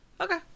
Okay